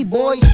boy